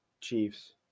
Chiefs